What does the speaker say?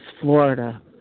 Florida